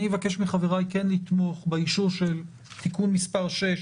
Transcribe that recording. אני אבקש מחבריי לתמוך באישור של תיקון מס' 6,